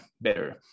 better